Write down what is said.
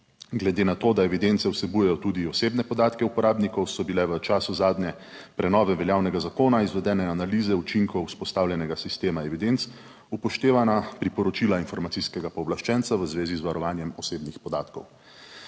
Glede na to, da evidence vsebujejo tudi osebne podatke uporabnikov, so bile v času zadnje prenove veljavnega zakona izvedene analize učinkov vzpostavljenega sistema evidenc, upoštevana priporočila informacijskega pooblaščenca v zvezi z varovanjem osebnih podatkov.